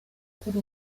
uri